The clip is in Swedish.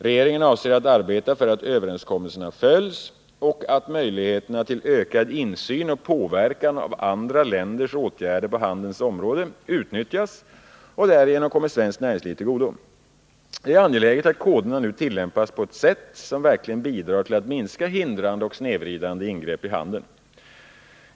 Regeringen avser att arbeta för att överenskommelserna följs och att möjligheterna till ökad insyn och påverkan av andra länders åtgärder på handelns område utnyttjas och därigenom kommer svenskt näringsliv till godo. Det är angeläget att koderna nu tillämpas på ett sätt som verkligen bidrar till att minska hindrande och snedvridande ingrepp i handeln.